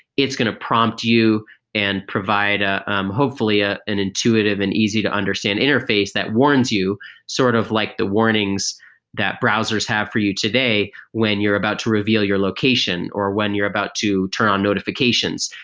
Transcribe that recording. it's going to prompt you and provide ah um hopefully ah an intuitive and easy to understand interface that warns you sort of like the warnings that browsers have for you today when you're about to reveal your location or when you're about to turn on notifications.